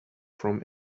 from